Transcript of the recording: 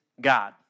God